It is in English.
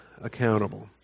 accountable